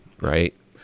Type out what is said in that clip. right